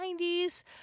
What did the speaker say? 90s